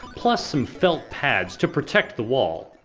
plus some felt pads to protect the wall.